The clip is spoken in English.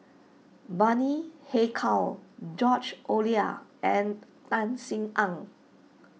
Bani Haykal George Oehlers and Tan Sin Aun